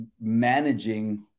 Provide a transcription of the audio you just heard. managing